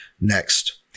next